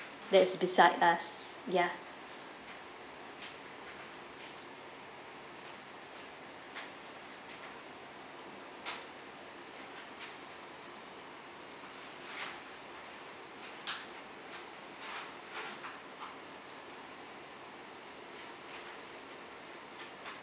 that's beside us ya